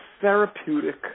therapeutic